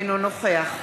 אינו נוכח